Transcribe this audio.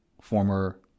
former